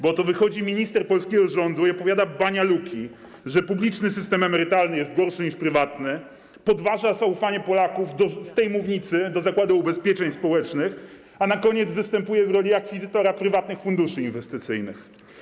Bo oto wychodzi minister polskiego rządu i opowiada banialuki, że publiczny system emerytalny jest gorszy niż prywatny, podważa z tej mównicy zaufanie Polaków do Zakładu Ubezpieczeń Społecznych, a na koniec występuje w roli akwizytora prywatnych funduszy inwestycyjnych.